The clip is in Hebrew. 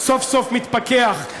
סוף-סוף מתפכח,